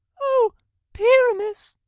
o pyramus,